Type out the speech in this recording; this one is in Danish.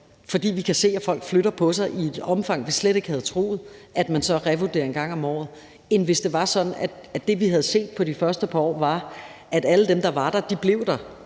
fordi vi kan se, at folk flytter på sig i et omfang, vi slet ikke havde troet, er blevet mere relevant, at man så revurderer en gang om året, end hvis det, vi havde set de første par år, var, at alle dem, der var der, blev der